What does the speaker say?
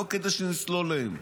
לא כדי שנסלול להם,